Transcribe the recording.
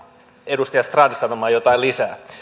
edustaja strand sanomaan jotain lisää